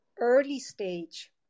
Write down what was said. early-stage